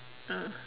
ah